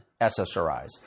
SSRIs